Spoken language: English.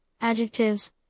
adjectives